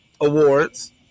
Awards